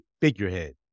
figurehead